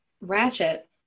Ratchet